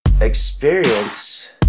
Experience